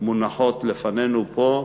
מונחות לפנינו פה,